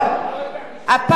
גברתי היושבת-ראש,